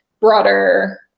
broader